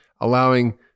allowing